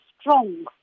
strong